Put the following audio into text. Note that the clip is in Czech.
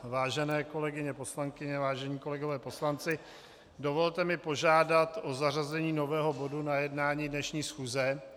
Vážené kolegyně poslankyně, vážení kolegové poslanci, dovolte mi požádat o zařazení nového bodu na jednání dnešní schůze.